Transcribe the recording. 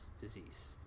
disease